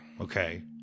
Okay